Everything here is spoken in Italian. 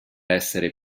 essere